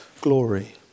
glory